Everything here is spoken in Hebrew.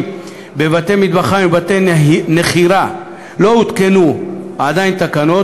בבתי-מטבחיים ובבתי-נחירה לא הותקנו עדיין תקנות,